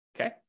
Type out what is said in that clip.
okay